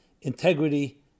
integrity